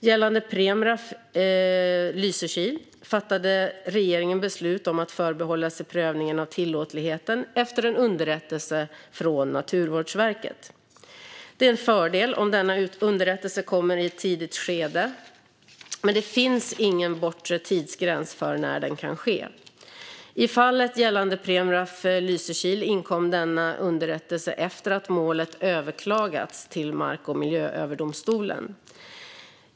Gällande Preemraff Lysekil fattade regeringen beslut om att förbehålla sig prövningen av tillåtligheten efter underrättelse från Naturvårdsverket. Det är en fördel om denna underrättelse kommer i ett tidigt skede, men det finns ingen bortre tidsgräns för när den kan ske. I fallet Preemraff Lysekil inkom denna underrättelse efter att målet överklagats till Mark och miljööverdomstolen.